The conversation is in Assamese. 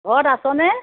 ঘৰত আছনে